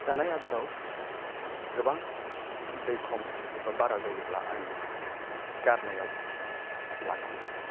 जानाय आदाराव गोबां दै खम एबा बारा जायोब्ला आं बिखौ गारनायाव लागोन